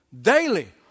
daily